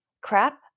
crap